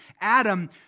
Adam